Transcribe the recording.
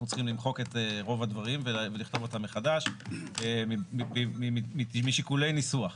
צריכים למחוק את רוב הדברים ולכתוב אותם מחדש משיקולי ניסוח.